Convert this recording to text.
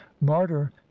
martyr